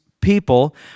people